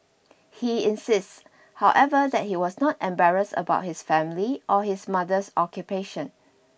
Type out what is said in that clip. he insists however that he was not embarrassed about his family or his mother's occupation